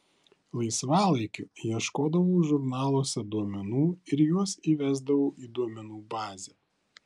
laisvalaikiu ieškodavau žurnaluose duomenų ir juos įvesdavau į duomenų bazę